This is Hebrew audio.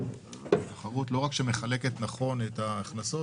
תחרות לא רק מחלקת נכון את ההכנסות,